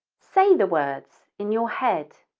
say the words in your head